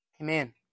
Amen